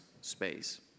space